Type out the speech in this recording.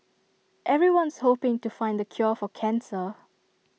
everyone's hoping to find the cure for cancer